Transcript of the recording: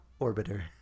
Orbiter